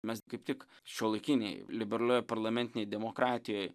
mes kaip tik šiuolaikinėj liberalioj parlamentinėj demokratijoj